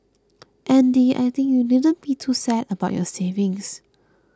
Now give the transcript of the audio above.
Andy I think you needn't be too sad about your savings